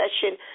session